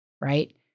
right